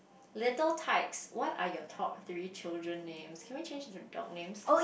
little tykes what are your top three children names can we change it to dog names